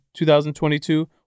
2022